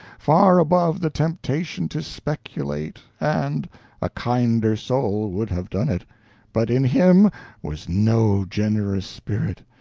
far above the temptation to speculate, and a kinder soul would have done it but in him was no generous spirit,